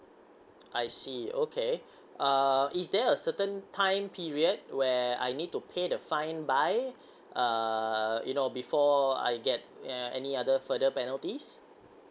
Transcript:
I see okay uh is there a certain time period where I need to pay the fine by err you know before I get any other further penalties